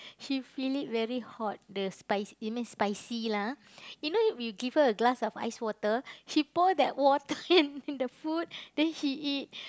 she feel it very hot the spice you know spicy lah you know if you give her a glass of ice water she pour tht water in in the food then she eat